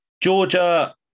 Georgia